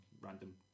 random